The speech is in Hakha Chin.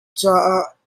caah